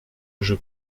уже